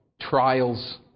trials